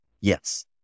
Yes